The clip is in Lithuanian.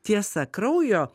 tiesa kraujo